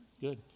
Good